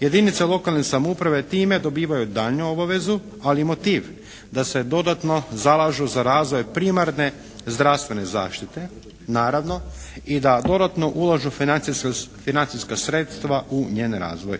Jedinice lokalne samouprave time dobivaju daljnju obavezu ali motiv da se dodatno zalažu za razvoj primarne zdravstvene zaštite naravno i da dodatno ulažu financijska sredstva u njen razvoj.